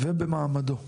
ובמעמדו,